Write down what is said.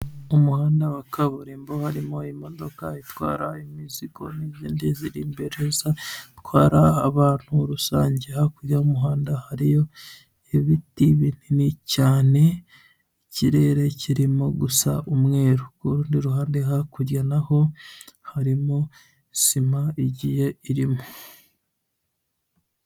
Umuhanda wa kaburimbo harimo imodoka itwara imizigo n'izindi ziri imbere zo zitwara abantu rusange, hakurya y'umuhanda hariyo ibiti binini cyane, ikirere kirimo gusa umweru, ku rundi ruhande hakurya naho harimo sima igiye irimo.